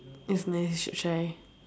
it's nice you should try